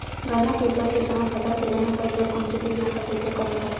गन्ना के उपज के समय फसल के बने उपज बर कोन से कीटनाशक के उपयोग करना चाहि?